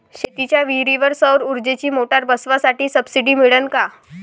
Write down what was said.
शेतीच्या विहीरीवर सौर ऊर्जेची मोटार बसवासाठी सबसीडी मिळन का?